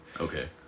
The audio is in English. Okay